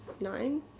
nine